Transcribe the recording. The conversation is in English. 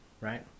right